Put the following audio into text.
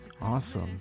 Awesome